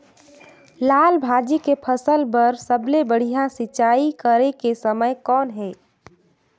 लाल भाजी के फसल बर सबले बढ़िया सिंचाई करे के समय कौन हे?